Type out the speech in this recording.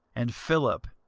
and philip,